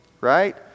right